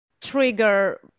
trigger